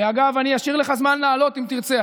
אגב, אני אשאיר לך זמן לעלות, אם תרצה.